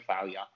failure